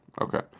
Okay